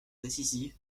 décisive